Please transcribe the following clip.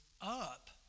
up